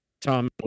Tom